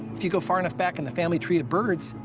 if you go far enough back in the family tree of birds,